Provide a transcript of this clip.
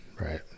Right